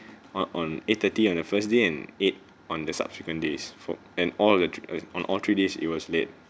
ah on eight thirty on the first day and eight on the subsequent days for and all of the on all three days it was late